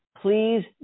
please